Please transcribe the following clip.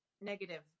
negative